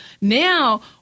Now